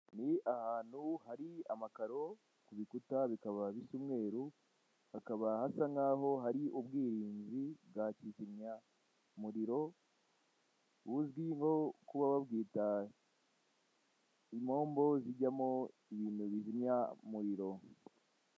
Ni ahantu hari amakaro ku bikuta bikaba bisa umweru, hakaba hasa nkaho hari ubwirinzi bwa kizimyamuriro buzwi nko kuba babwita impombo zijyamo ibintu bizimya umuriro.